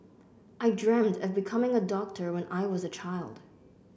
I dreamt of becoming a doctor when I was a child